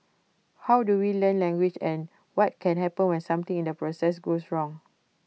how do we learn language and what can happen when something in the process goes wrong